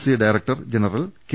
C director general K